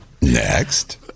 Next